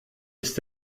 ist